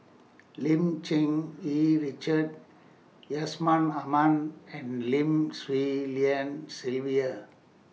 Lim Cherng Yih Richard Yusman Aman and Lim Swee Lian Sylvia